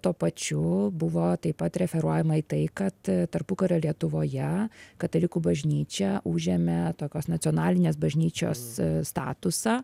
tuo pačiu buvo taip pat referuojama į tai kad tarpukario lietuvoje katalikų bažnyčia užėmė tokios nacionalinės bažnyčios statusą